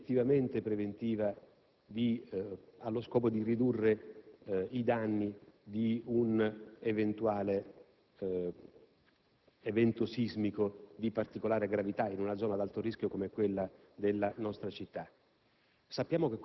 effettivamente preventiva, allo scopo di ridurre i danni di un eventuale evento sismico di particolare gravità in una zona ad alto rischio come quella della nostra città.